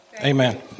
amen